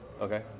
Okay